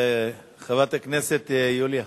חברת הכנסת יוליה,